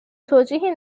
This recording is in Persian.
توجیهی